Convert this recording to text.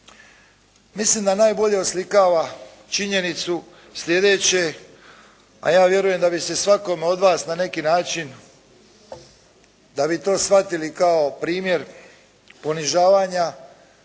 Mislim da najbolje oslikava činjenicu sljedeće a ja vjerujem da bi se svakome od vas na neki način da bi to shvatili kao primjer ponižavanja